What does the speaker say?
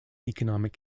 economic